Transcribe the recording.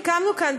הקמנו כאן,